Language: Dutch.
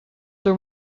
door